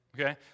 Okay